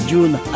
June